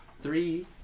three